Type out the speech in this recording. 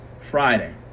Friday